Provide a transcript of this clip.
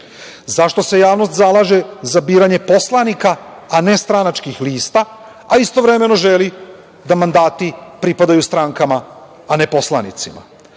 Zašto se javnost zalaže za biranje poslanika a ne stranačkih lista, a istovremeno želi da mandati pripadaju strankama a ne poslanicima? Da